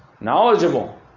knowledgeable